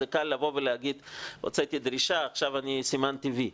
זה קל לבוא ולהגיד שהוצאתי דרישה ועכשיו סימנתי וי.